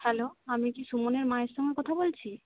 hello আমি কি সুমনের মায়ের সঙ্গে কথা বলছি